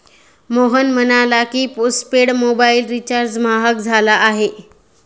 मोहन म्हणाला की, postpaid mobile recharge महाग झाला आहे